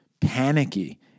panicky